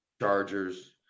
Chargers